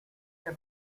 que